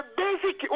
basic